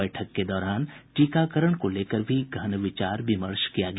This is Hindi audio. बैठक के दौरान टीकाकरण को लेकर भी गहन विचार विमर्श किया गया